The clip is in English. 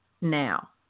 now